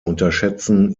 unterschätzen